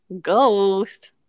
Ghost